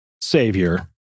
savior